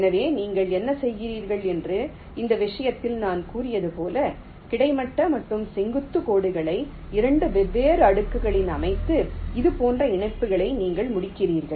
எனவே நீங்கள் என்ன செய்கிறீர்கள் என்று இந்த விஷயத்தில் நான் கூறியது போல கிடைமட்ட மற்றும் செங்குத்து கோடுகளை இரண்டு வெவ்வேறு அடுக்குகளில் அமைத்து இது போன்ற இணைப்புகளை நீங்கள் முடிக்கிறீர்கள்